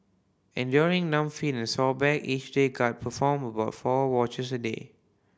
enduring numb feet and sore back each guard performed about four watches a day